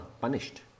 Punished